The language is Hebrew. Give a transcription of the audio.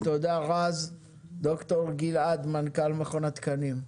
תודה רז, ד"ר גלעד, מנכ"ל מכון התקנים.